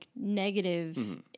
negative